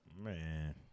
man